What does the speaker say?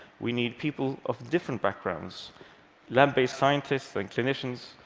we need people of different backgrounds lab-based scientists and clinicians,